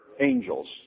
angels